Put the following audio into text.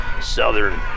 southern